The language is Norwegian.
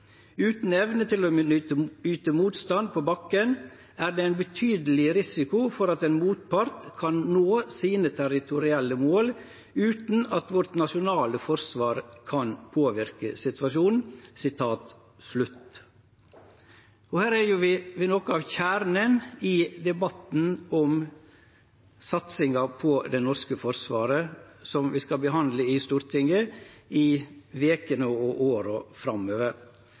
Uten evne til å yte motstand på bakken, er det en betydelig risiko for at en motpart kan nå sine territorielle mål uten at vårt nasjonale forsvar kan påvirke situasjonen.» Her er vi ved noko av kjernen i debatten om satsinga på det norske forsvaret som vi skal behandle i Stortinget i vekene og åra framover.